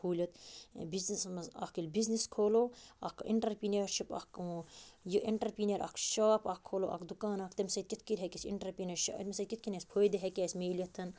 کھوٗلِتھ بِزنَسَس مَنٛز اَکھ ییٚلہِ بزنٕس کھولو اَکھ اِنٹَرپرینرشِپ اَکھ یہِ اِنٹَرپرینر اَکھ شاپ اَکھ کھولو اکھ دُکان اَکھ تَمہِ سۭتۍِ کِتھٕ کٔنۍ ہیٚکہِ اَسہِ اِنٹَرپینَرشپ اَمہِ سۭتۍ کِتھٕ کٔنۍ اَسہِ فٲیدٕ ہیٚکہِ اَسہِ میٖلِتھ